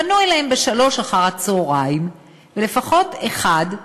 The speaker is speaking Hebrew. פנו אליהם ב-15:00, ולפחות מאחד,